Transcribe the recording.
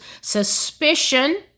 suspicion